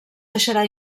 deixarà